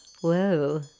whoa